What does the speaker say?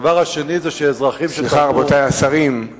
רבותי השרים,